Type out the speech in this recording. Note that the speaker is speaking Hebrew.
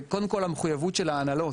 זה קודם כל המחויבות של ההנהלות,